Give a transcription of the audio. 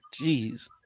Jeez